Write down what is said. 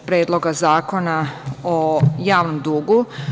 Predloga zakona o javnom dugu.